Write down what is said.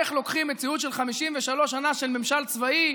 איך לוקחים מציאות של 53 שנה של ממשל צבאי,